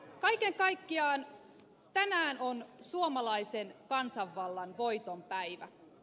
kaiken kaikkiaan tänään on suomalaisen kansanvallan voiton päivä